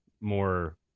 more